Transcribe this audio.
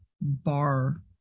bar